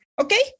okay